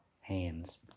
hands